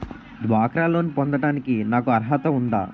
డ్వాక్రా లోన్ పొందటానికి నాకు అర్హత ఉందా?